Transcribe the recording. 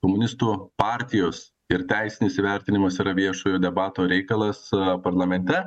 komunistų partijos ir teisinis įvertinimas yra viešojo debato reikalas parlamente